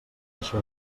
això